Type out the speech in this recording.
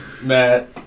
Matt